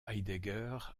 heidegger